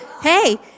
Hey